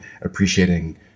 appreciating